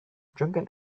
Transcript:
drunken